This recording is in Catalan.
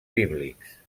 bíblics